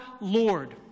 Lord